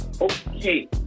Okay